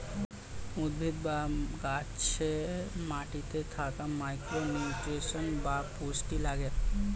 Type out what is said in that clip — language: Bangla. উদ্ভিদ বা গাছে মাটিতে থাকা মাইক্রো নিউট্রিয়েন্টস বা পুষ্টি লাগে